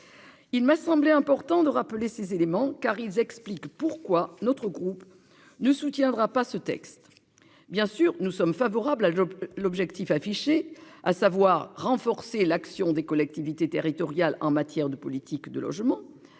Il m'a semblé important de rappeler ces éléments car ils expliquent pourquoi notre groupe ne soutiendra pas ce texte. Bien sûr, nous sommes favorables à l'objectif affiché à savoir renforcer l'action des collectivités territoriales en matière de politique de logements.